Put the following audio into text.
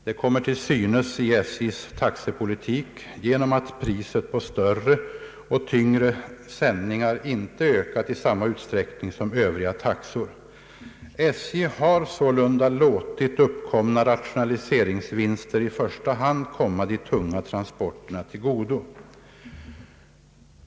Det kommer till synes i SJ:s taxepolitik genom att priset på större och tyngre sändningar inte har ökat i samma utsträckning som Öövriga taxor. SJ har sålunda låtit rationaliseringsvinsterna i första hand komma de tunga transporterna till godo.